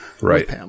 Right